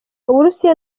uburusiya